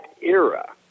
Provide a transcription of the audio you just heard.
era